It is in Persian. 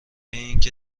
اینکه